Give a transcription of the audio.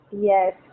Yes